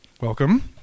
Welcome